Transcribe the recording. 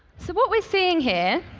so what we're seeing here